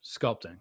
sculpting